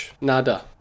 Nada